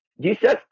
Jesus